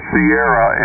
Sierra